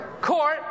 court